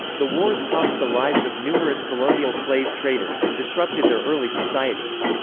the wars cost the lives of numerous colonial slave traders and disrupted their early societies.